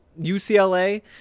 UCLA